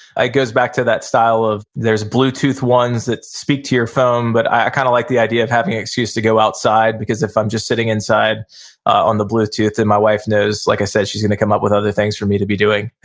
goes back to that style of, there's bluetooth ones that speak to your phone. but i kinda kind of like the idea of having an excuse to go outside, because if i'm just sitting inside on the bluetooth and my wife knows, like i said, she's gonna come up with other things for me to be doing